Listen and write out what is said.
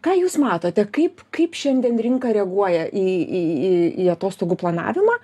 ką jūs matote kaip kaip šiandien rinka reaguoja į į į į atostogų planavimą